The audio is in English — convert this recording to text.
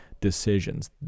decisions